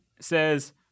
says